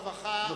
הרווחה,